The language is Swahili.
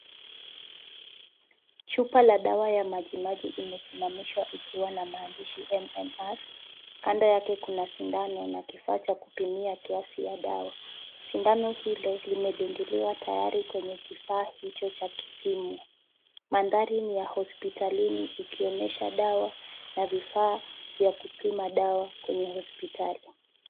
Chupa la dawa ya maji maji imesimamishwa ikiwa na maandishi MMR. Kando yake kuna sindano na kifaa cha kupimia kiasi ya dawa. Sindano hilo limedungiliwa tayari kwenye kifaa hicho cha kipimo. Mandhari ni ya hospitalini ikionyesha dawa na vifaa vya kupima dawa kwenye hospitali.